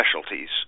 specialties